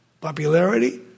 Popularity